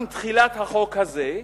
עם תחילת החוק הזה,